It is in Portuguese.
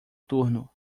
turno